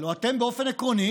הלוא אתם באופן עקרוני